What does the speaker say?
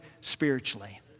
spiritually